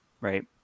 Right